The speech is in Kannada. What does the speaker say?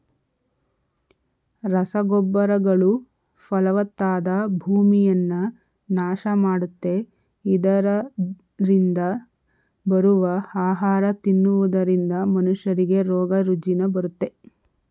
ರಸಗೊಬ್ಬರಗಳು ಫಲವತ್ತಾದ ಭೂಮಿಯನ್ನ ನಾಶ ಮಾಡುತ್ತೆ, ಇದರರಿಂದ ಬರುವ ಆಹಾರ ತಿನ್ನುವುದರಿಂದ ಮನುಷ್ಯರಿಗೆ ರೋಗ ರುಜಿನ ಬರುತ್ತೆ